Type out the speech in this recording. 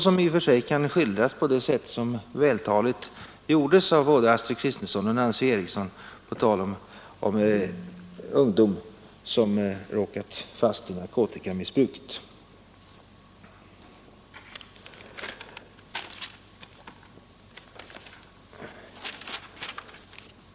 åtgärderna i och för sig kan skildras på det sätt som vältaligt gjordes av både Astrid mot narkotika Kristensson och Nancy Eriksson på tal om ungdom som råkat fast i missbruk narkotikamissbruket.